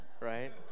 right